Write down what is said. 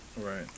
Right